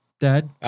Dad